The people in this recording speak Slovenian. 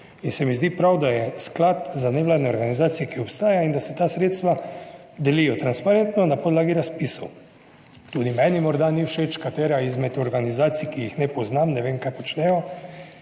in se mi zdi prav, da je Sklad za nevladne organizacije, ki obstaja, in da se ta sredstva delijo transparentno. na podlagi razpisov. Tudi meni morda ni všeč katera izmed organizacij, ki jih ne poznam, ne vem, kaj počnejo,